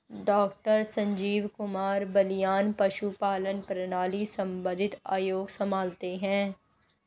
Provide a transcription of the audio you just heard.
doctor Sanjeev Kumar Balyan पशुपालन प्रणाली संबंधित आयोग संभालते हैं